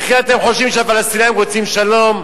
וכי אתם חושבים שהפלסטינים רוצים שלום?